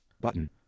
button